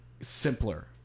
simpler